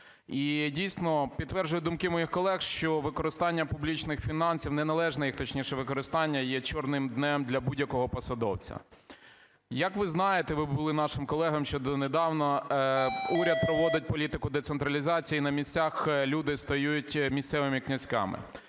І, дійсно, підтверджую думки моїх колеги, що використання публічних фінансів, неналежне їх, точніше, використання, є чорним днем для будь-якого посадовця. Як ви знаєте - ви були нашим колегою ще донедавна, - уряд проводить політику децентралізації, і на місцях люди стають місцевими князьками.